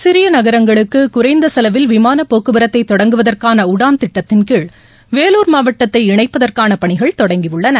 சிறிய நகரங்களுக்கு குறைந்த செலவில் விமானப் போக்குவரத்தை தொடங்குவதற்கான உடான் திட்டத்தின்கீழ் வேலூர் மாவட்டத்தை இணைப்பதற்கான பணிகள் தொடங்கி உள்ளன